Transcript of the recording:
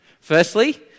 Firstly